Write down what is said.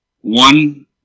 One